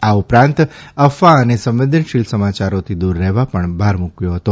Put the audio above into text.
આ ઉપરાંત ફવા ને સંવેદનશીલ સમાચારોથી દૂર રહેવા પર પણ ભાર મૂકાયો છે